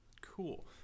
Cool